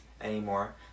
anymore